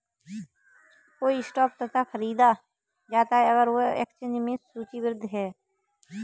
कोई स्टॉक तभी खरीदा जाता है अगर वह एक्सचेंज में सूचीबद्ध है